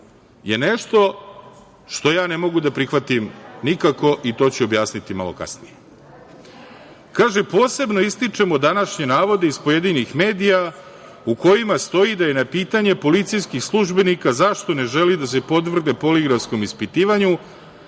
je nešto što ja ne mogu da prihvatim nikako i to ću objasniti malo kasnije. Kaže – posebno ističemo današnje navode iz pojedinih medija u kojima stoji da je na pitanje policijskih službenika zašto ne želi da se podvrgne poligrafskom ispitivanju,